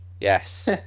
Yes